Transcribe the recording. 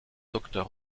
docteur